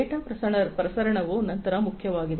data ಪ್ರಸರಣವು ನಂತರ ಮುಖ್ಯವಾಗಿದೆ